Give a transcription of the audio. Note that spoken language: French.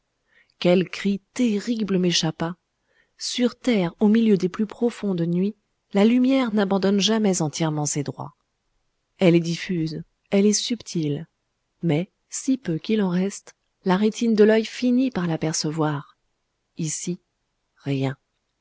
quel cri terrible m'échappa sur terre au milieu des plus profondes nuits la lumière n'abandonne jamais entièrement ses droits elle est diffuse elle est subtile mais si peu qu'il en reste la rétine de l'oeil finit par la percevoir ici rien